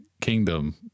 kingdom